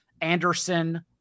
Anderson